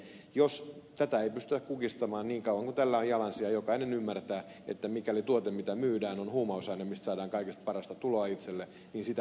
jos tätä ei pystytä kukistamaan niin niin kauan kuin tällä on jalansijaa jokainen ymmärtää että mikäli tuote jota myydään on huumausaine josta saadaan kaikista parasta tuloa itselle niin sitä tehdään